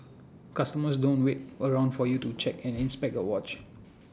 customers don't wait around for you to check and inspect A watch